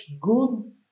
good